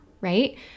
right